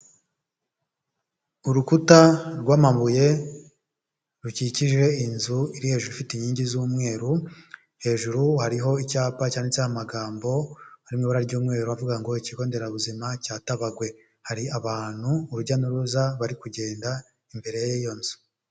Urukuta rw'amabuye rukikije inzu iri hejuru ifite inkingi z'umweru. Hejuru hariho icyapa cyanditseho amagambo arimo ibara ry'umweru avuga ngo; ikigo nderabuzima cyatabagwe. Hari abantu urujya n'uruza bari kugenda imbere y'iyo nzu.